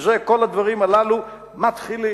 מזה כל הדברים הללו מתחילים.